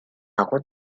route